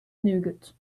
nougat